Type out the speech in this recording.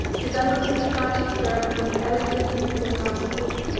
develops the tragic germ in the elegant, youthful household.